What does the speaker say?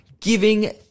giving